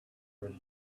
was